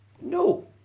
No